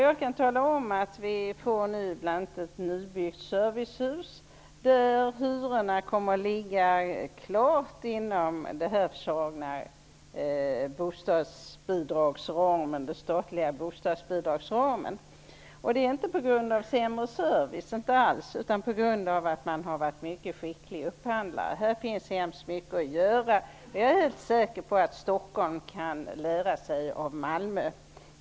Jag kan tala om att vi nu bl.a. får ett nybyggt servicehus, där hyrorna kommer att ligga klart inom den föreslagna statliga bostadsbidragsramen. Det beror inte på sämre service, inte alls. Det beror på att man har varit mycket skicklig upphandlare. Här finns det hemskt mycket att göra. Jag är helt säker på att Stockholm kan lära sig av Malmö.